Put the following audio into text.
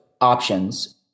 options